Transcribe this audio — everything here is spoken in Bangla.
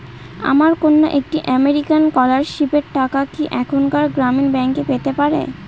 আমার কন্যা একটি আমেরিকান স্কলারশিপের টাকা কি এখানকার গ্রামীণ ব্যাংকে পেতে পারে?